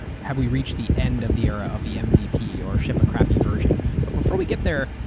have we reached the end of the era of the mvp or ship-a-crappy version? but before we get there,